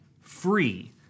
free